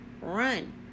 run